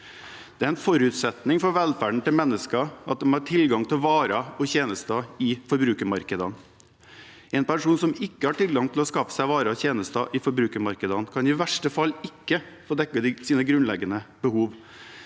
Det er en forutsetning for velferden til mennesker at de har tilgang til varer og tjenester i forbrukermarkedene. En person som ikke har tilgang til å skaffe seg varer og tjenester i forbrukermarkedene, kan i verste fall ikke få dekket sine grunnleggende behov.